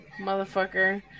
motherfucker